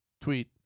tweet